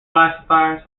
classifiers